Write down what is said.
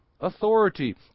authority